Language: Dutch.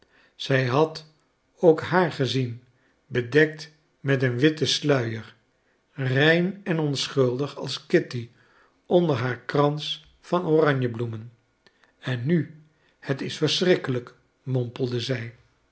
zij had ook haar gezien bedekt met een witten sluier rein en onschuldig als kitty onder haar krans van oranjebloemen en nu het is verschrikkelijk mompelde zij